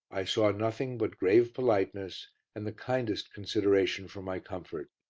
i saw nothing but grave politeness and the kindest consideration for my comfort.